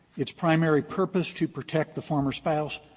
its primary purpose to protect the former spouse,